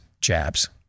jabs